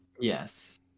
yes